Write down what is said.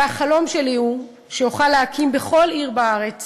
והחלום שלי הוא שאוכל להקים בכל עיר בארץ